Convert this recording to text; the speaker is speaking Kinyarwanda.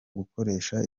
gukoresha